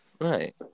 Right